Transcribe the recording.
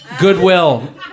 Goodwill